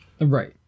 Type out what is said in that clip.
right